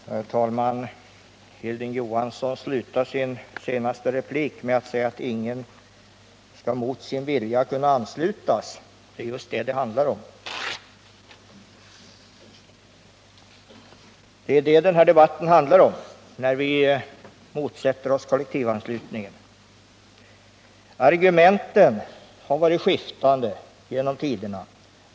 Herr talman! Hilding Johansson slutade sin senaste replik med att säga att ingen skall mot sin vilja kunna anslutas. Det är just vad det handlar om. Det är detta den här debatten handlar om, när vi motsätter oss kollektivanslutningen. Argumenten har genom tiderna varit skiftande.